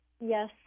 Yes